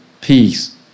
peace